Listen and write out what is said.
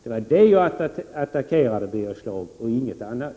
Det var det jag attackerade, Birger Schlaug, och inget annat.